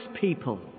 people